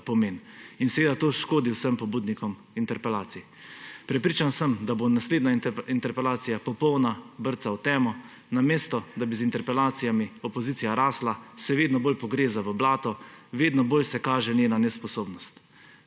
In to škodi vsem pobudnikom interpelacij. Prepričan sem, da bo naslednja interpelacija popolna brca v temo. Namesto da bi z interpelacijami opozicija rastla, se vedno bolj pogreza v blato, vedno bolj se kaže njena nesposobnost.